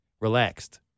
relaxed